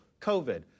COVID